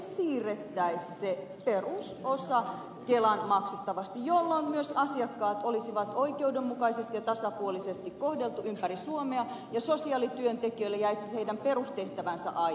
siirrettäisiin se perusosa kelan maksettavaksi jolloin myös asiakkaat olisivat oikeudenmukaisesti ja tasapuolisesti kohdeltuja ympäri suomea ja sosiaalityöntekijöille jäisi heidän perustehtäväänsä aikaa